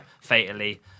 fatally